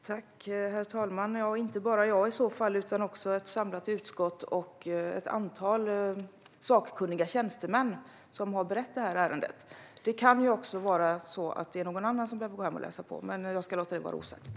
Herr talman! Inte bara jag i så fall utan också ett samlat utskott och ett antal sakkunniga tjänstemän som har berett det här ärendet. Det kan ju också vara så att det är någon annan som behöver gå hem och läsa på, men jag ska låta det vara osagt.